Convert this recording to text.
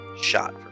shot